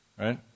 Right